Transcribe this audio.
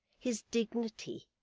his dignity!